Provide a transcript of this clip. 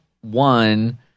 one